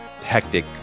hectic